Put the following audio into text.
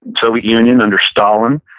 soviet union, under stalin.